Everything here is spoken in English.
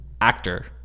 actor